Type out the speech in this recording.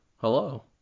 hello